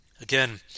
again